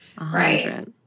Right